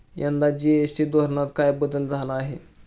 यंदा जी.एस.टी धोरणात काय बदल झाला आहे?